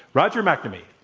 roger mcnamee.